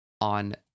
on